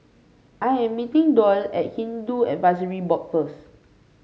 I am meeting Doyle at Hindu Advisory Board first